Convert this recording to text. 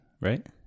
right